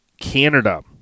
Canada